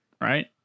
right